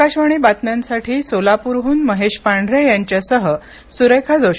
आकाशवाणी बातम्यांसाठी सोलापूरहून महेश पांढरे यांच्यासह सुरेखा जोशी